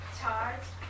charge